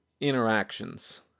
interactions